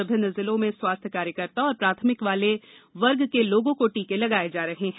विभिन्न जिलों में स्वास्थ्य कार्यकर्ताओं और प्राथमिकता वाले वर्ग के लोगों को टीके लगाये जा रहे हैं